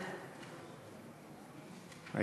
אפשר